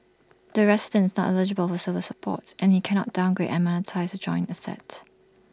the resident is not eligible for silver support and he can not downgrade and monetise the joint asset